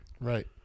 right